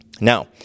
Now